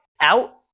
out